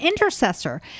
intercessor